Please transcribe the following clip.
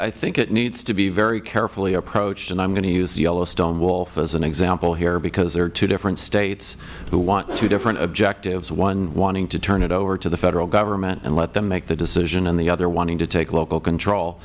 i think it needs to be very carefully approached and i am going to use the yellowstone wolf as an example here because there are two different states who want two different objectives one wanting to turn it over to the federal government and let them make the decision and the other wanting to take local control